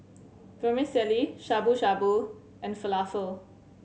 Vermicelli Shabu Shabu and Falafel